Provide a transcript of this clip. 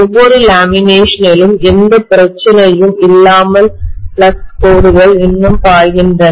ஒவ்வொரு லேமினேஷனிலும் எந்த பிரச்சனையும் இல்லாமல் ஃப்ளக்ஸ் கோடுகள் இன்னும் பாய்கின்றன